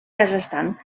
kazakhstan